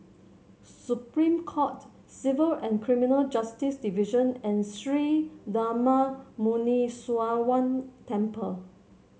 Supreme Court Civil and Criminal Justice Division and Sri Darma Muneeswaran Temple